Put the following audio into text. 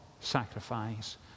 sacrifice